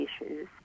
issues